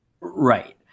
Right